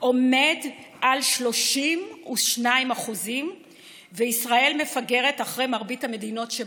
עומד על 32% וישראל מפגרת אחרי מרבית המדינות שבמדד.